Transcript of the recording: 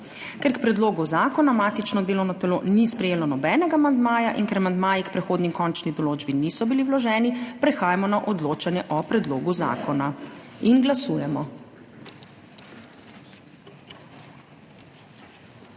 Ker k predlogu zakona matično delovno telo ni sprejelo nobenega amandmaja in ker amandmaji k prehodni in končni določbi niso bili vloženi, prehajamo na odločanje o predlogu zakona. Glasujemo.